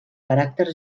caràcter